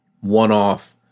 one-off